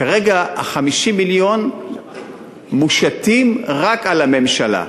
וכרגע 50 המיליון מושתים רק על הממשלה.